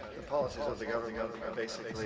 the policies of the government are basically